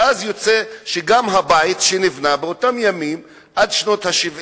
ואז יוצא שגם הבית שנבנה באותם ימים, עד שנות ה-70